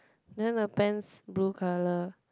then the pants blue color